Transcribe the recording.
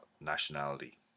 nationality